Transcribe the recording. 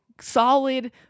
solid